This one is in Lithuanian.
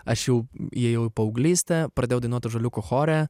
aš jau įėjau į paauglystę pradėjau dainuot ąžuoliuko chore